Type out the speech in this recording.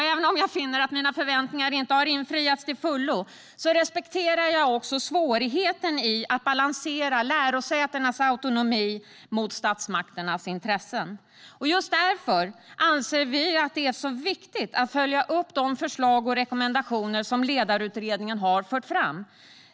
Även om jag finner att mina förväntningar inte infriades till fullo respekterar jag svårigheten i att balansera lärosätenas autonomi mot statsmakternas intressen. Med det sagt anser vi det mycket viktigt att följa upp de förslag och rekommendationer som Ledningsutredningen fört fram.